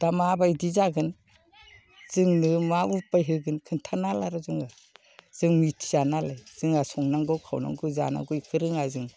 दा माबायदि जागोन जोंनो मा उफाय होगोन खोन्थानो हाला आरो जोंनो जों मिथिया नालाय जोंहा संनांगौ खावनांगौ जानांगौ बिखौ रोङा जों